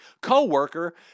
co-worker